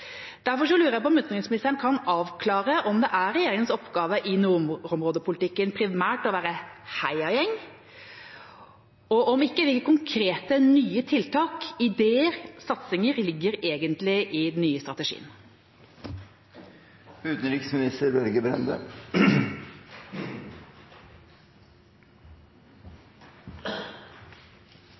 lurer jeg på om utenriksministeren kan avklare om det er regjeringas oppgave i nordområdepolitikken primært å være heiagjeng og hvilke konkrete, nye tiltak, ideer og satsinger som egentlig ligger i den nye